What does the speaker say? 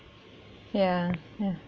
ya ya